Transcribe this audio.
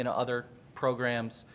and other programs.